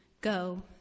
go